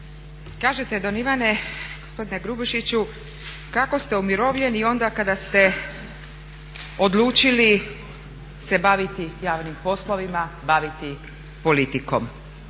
Kažete don Ivane, gospodine Grubišiću kako ste umirovljeni onda kada ste odlučili se baviti javnim poslovima, baviti politikom.